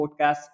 podcast